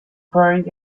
buried